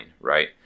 right